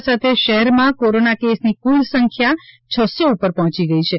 આ સાથે શહેરમાં કોરોના કેસની કુલ સંખ્યા છસ્સો ઉપર પહોંચી ગઈ છે